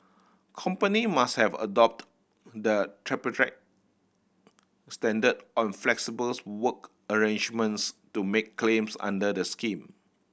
company must have adopted the standard on flexible's work arrangements to make claims under the scheme